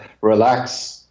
relax